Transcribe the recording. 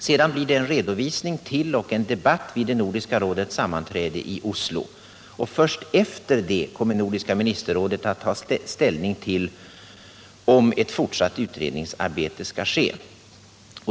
Sedan blir det en redovisning och en debatt vid Nordiska rådets sammanträde i Oslo. Först därefter kommer Nordiska ministerrådet att ta ställning till frågan om ett fortsatt utredningsarbete.